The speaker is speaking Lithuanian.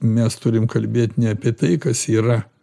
mes turim kalbėt ne apie tai kas yra